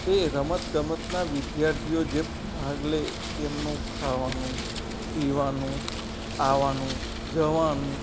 તે રમતગમતના વિદ્યાર્થીઓ જે ભાગ લે તેમનું ખાવાનું પીવાનું આવવાનું જવાનું